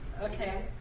Okay